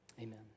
amen